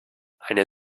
eine